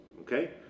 Okay